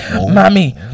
mommy